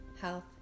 health